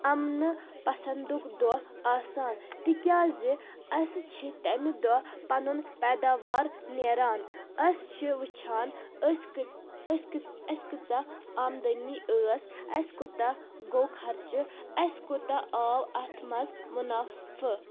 اَمنہٕ پسنٛدُک دۄہ آسان تِکیٛازِ اَسہِ چھ تٔمہِ دۄہ پنُن پیداوار نیران أس چھ وٕچھان أسۍ أسۍ اسہِ کۭژاہ آمدأنی ٲس اَسہِ کوٗتاہ گوٚو خرچہٕ اَسہِ کوٗتاہ آو اَتھ منٛز مُنافہٕ